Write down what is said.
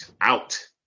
Out